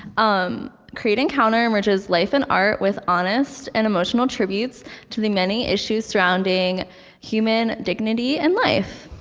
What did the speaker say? um, create encounter merges life and art with honest and emotional tributes to the many issues surrounding human dignity and life.